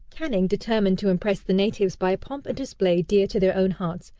canning, determined to impress the natives by a pomp and display dear to their own hearts,